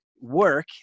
work